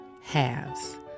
halves